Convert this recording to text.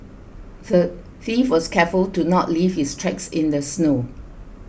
the thief was careful to not leave his tracks in the snow